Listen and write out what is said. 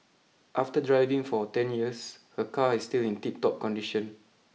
after driving for ten years her car is still in tip top condition